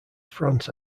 france